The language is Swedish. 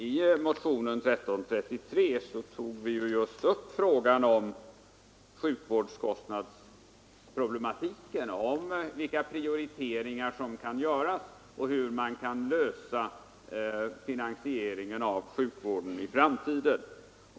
I motionen 1333 tog vi emellertid upp just sjukvårdskostnadsproblematiken — vilka prioriteringar som kan göras och hur man kan klara finansieringen av sjukvården i framtiden.